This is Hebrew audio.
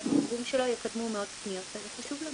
עם התרגום שלו התקבלו מאות פניות, אז זה חשוב.